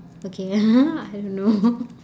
okay I don't know